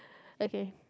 okay